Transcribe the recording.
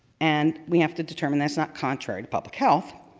and we have to determine that it's not contrary to public health.